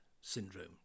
syndrome